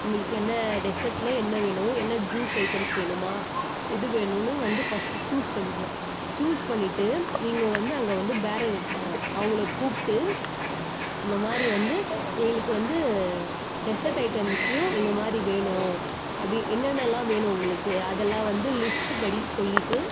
உங்களுக்கு என்ன டெஸர்ட்டில் என்ன வேணும் என்ன ஜூஸ் ஐட்டம்ஸ் எது வேணும்னு வந்து ஃபஸ்ட்டு சூஸ் பண்ணிக்கணும் சூஸ் பண்ணிட்டு நீங்கள் வந்து அங்கே வந்து பேரர் இருப்பாங்க அவங்கள கூப்பிட்டு இந்தமாதிரி வந்து எங்களுக்கு வந்து டெஸர்ட் ஐட்டம்ஸ்லையும் இந்தமாதிரி வேணும் அப்படி என்னென்னலாம் வேணும் உங்களுக்கு அதெல்லாம் வந்து லிஸ்ட்டு படி சொல்லிட்டு